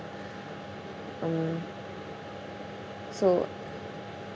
um so